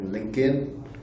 LinkedIn